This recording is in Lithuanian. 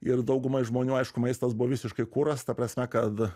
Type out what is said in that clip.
ir daugumai žmonių aišku maistas buvo visiškai kuras ta prasme kad